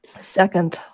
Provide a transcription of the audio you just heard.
Second